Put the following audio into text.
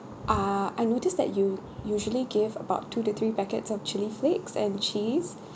ah I noticed that you usually gave about two to three packets of chili flakes and cheese